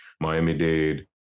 Miami-Dade